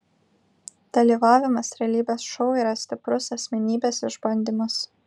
dalyvavimas realybės šou yra stiprus asmenybės išbandymas